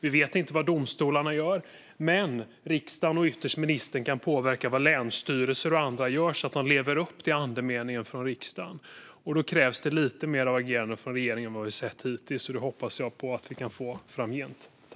Vi vet inte vad domstolarna gör, men riksdagen och ytterst ministern kan påverka vad länsstyrelser och andra gör så att de lever upp till riksdagens andemening. Då krävs det lite mer agerande från regeringen än vad vi hittills sett, och det hoppas jag att vi kan få framgent.